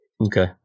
Okay